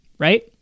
right